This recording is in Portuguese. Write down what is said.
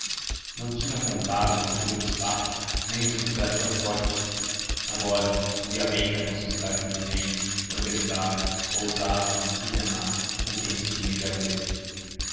não tinha contato com aquele obstáculo nem o supusera tão forte agora via bem que era a uma sociedade inteligente organizada ousada e tenaz com quem se tinha de haver